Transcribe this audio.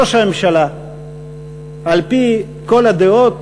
ראש הממשלה על-פי כל הדעות,